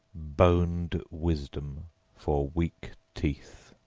boned wisdom for weak teeth.